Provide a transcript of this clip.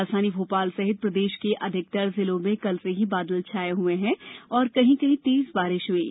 राजधानी भोपाल सहित प्रदेष के अधिकांष जिलों में कल से ही बादल छाए हुए हैं और कहीं कहीं तेज बारिष हुई है